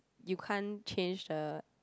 you can't change the